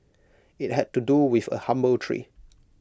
IT had to do with A humble tree